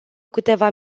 câteva